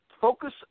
focus